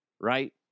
right